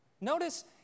Notice